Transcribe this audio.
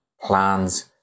plans